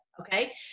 okay